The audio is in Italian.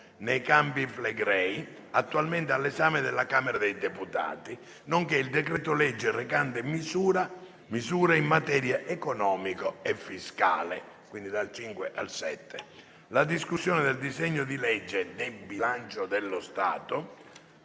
nei Campi Flegrei, attualmente all'esame della Camera dei deputati, nonché il decreto-legge recante misure in materia economica e fiscale. Prevediamo che la discussione del disegno di legge di bilancio dello Stato